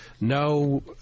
no